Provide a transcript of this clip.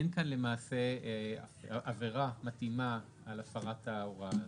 אין כאן למעשה עבירה מתאימה על הפרת ההוראה הזאת.